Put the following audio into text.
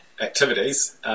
activities